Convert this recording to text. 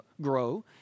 grow